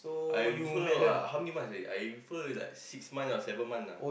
I with her ah how many months already I with her like six month or seven month ah